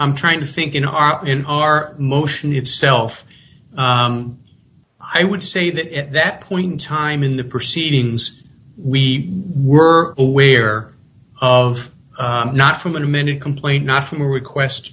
i'm trying to think in our in our motion itself i would say that at that point in time in the proceedings we were aware of not from an amended complaint not from a request